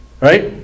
Right